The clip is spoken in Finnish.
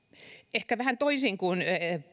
ehkä vähän toisin kuin